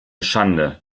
schande